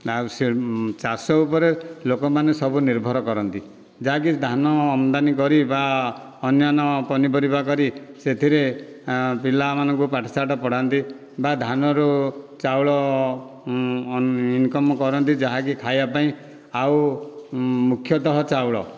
ଆଉ ସେ ଚାଷ ଉପରେ ଲୋକମାନେ ସବୁ ନିର୍ଭର କରନ୍ତି ଯାହାକି ଧାନ ଆମଦାନୀ କରି ବା ଅନ୍ୟାନ ପନିପରିବା କରି ସେଥିରେ ପିଲାମାନଙ୍କୁ ପାଠଶାଠ ପଢ଼ାନ୍ତି ବା ଧାନରୁ ଚାଉଳ ଇନ୍କମ୍ କରନ୍ତି ଯାହାକି ଖାଇବା ପାଇଁ ଆଉ ମୁଖ୍ୟତଃ ଚାଉଳ